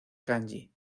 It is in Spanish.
kanji